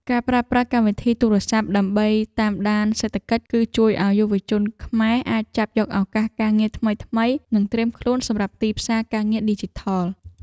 ការប្រើប្រាស់កម្មវិធីទូរសព្ទដើម្បីតាមដានសេដ្ឋកិច្ច គឺ ជួយឱ្យយុវវ័យខ្មែរអាចចាប់យកឱកាសការងារថ្មីៗ និង ត្រៀមខ្លួនសម្រាប់ទីផ្សារការងារឌីជីថល។